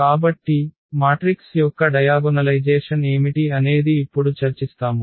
కాబట్టి మాట్రిక్స్ యొక్క డయాగొనలైజేషన్ ఏమిటి అనేది ఇప్పుడు చర్చిస్తాము